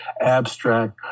abstract